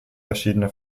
verschiedene